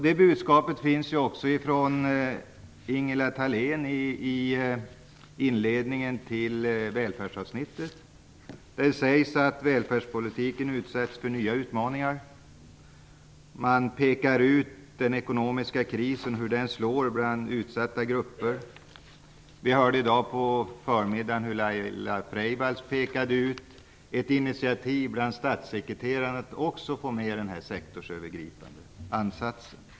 Det budskapet har också kommit från Ingela Thalén i inledningen till välfärdsavsnittet. Där sägs att välfärdspolitiken utsätts för nya utmaningar. Man pekar ut hur den ekonomiska krisen slår i utsatta grupper. I dag hörde vi på förmiddagen hur Laila Freivalds pekade ut ett initiativ bland statssekreterarna om att också få med den här sektorsövergripande ansatsen.